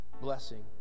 blessing